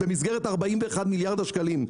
במסגרת 41 מיליארד השקלים,